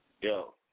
Yo